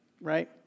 right